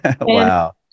wow